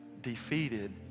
defeated